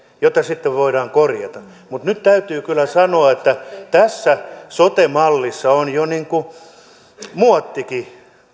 jota sitten voidaan korjata mutta nyt täytyy kyllä sanoa että tässä sote mallissa on jo muottikin